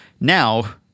now